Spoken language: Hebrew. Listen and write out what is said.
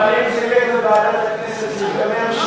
אבל אם זה יהיה בוועדת הכנסת זה ייגמר,